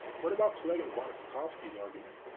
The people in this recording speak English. what about clegg and von spakovsky's argument,